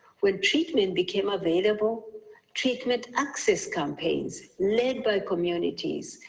when treatment became available treatment access campaigns, lead by communities,